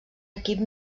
equip